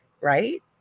Right